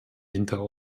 hinter